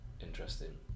interesting